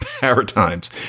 paradigms